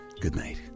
goodnight